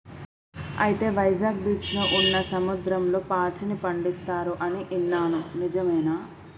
అయితే వైజాగ్ బీచ్లో ఉన్న సముద్రంలో పాచిని పండిస్తారు అని ఇన్నాను నిజమేనా